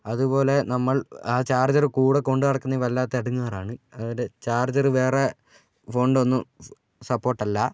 അതുപോലെ നമ്മൾ ആ ചാർജറ് കൂടെ കൊണ്ടുനടക്കുന്നതും വല്ലാത്ത ഇടങ്ങാറാണ് അതിൻ്റെ ചാർജർ വേറെ ഫോണിൻ്റെയൊന്നും സപ്പോർട്ടല്ല